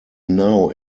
now